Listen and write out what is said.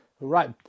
right